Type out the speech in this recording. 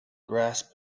grasp